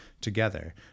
together